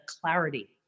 clarity